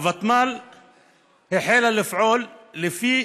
הוותמ"ל החלה לפעול לפני